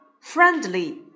Friendly